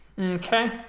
Okay